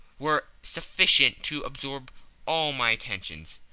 were sufficient to absorb all my attention,